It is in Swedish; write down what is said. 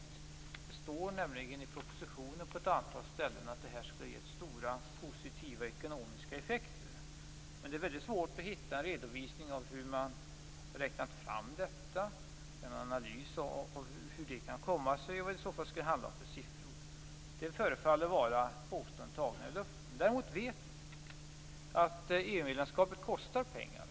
Det står nämligen i propositionen på ett antal ställen att det skulle gett stora positiva ekonomiska effekter, men det är väldigt svårt att hitta en redovisning av hur man har räknat fram detta, en analys av hur det kan komma sig och vad det i så fall skulle handla om för siffror. Det förefaller vara påståenden tagna ur luften. Däremot vet vi att EU-medlemskapet kostar pengar.